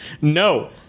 No